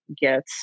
get